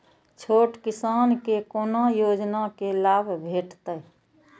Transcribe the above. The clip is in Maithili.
छोट किसान के कोना योजना के लाभ भेटते?